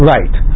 Right